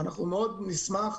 אנחנו מאוד נשמח,